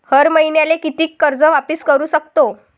हर मईन्याले कितीक कर्ज वापिस करू सकतो?